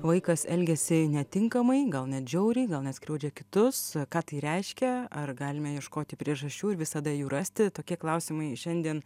vaikas elgiasi netinkamai gal net žiauriai gal net skriaudžia kitus ką tai reiškia ar galime ieškoti priežasčių ir visada jų rasti tokie klausimai šiandien